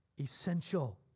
essential